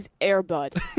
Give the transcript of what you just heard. Airbud